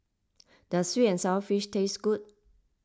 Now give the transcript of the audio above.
does Sweet and Sour Fish taste good